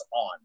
on